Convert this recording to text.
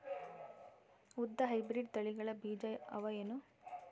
ಉದ್ದ ಹೈಬ್ರಿಡ್ ತಳಿಗಳ ಬೀಜ ಅವ ಏನು?